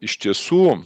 iš tiesų